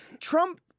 Trump